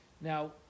Now